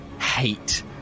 hate